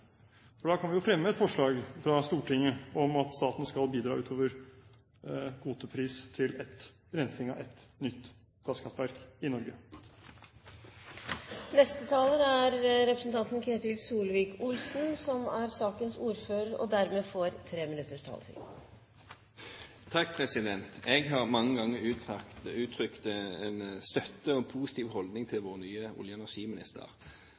for da kan vi jo fremme et forslag fra Stortinget om at staten skal bidra utover kvotepris til rensing av et nytt gasskraftverk i Norge. Jeg har mange ganger uttrykt støtte og en positiv holdning til vår nye olje- og energiminister.